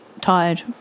tired